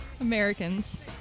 Americans